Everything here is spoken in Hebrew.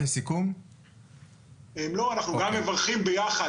אנחנו מברכים ביחד,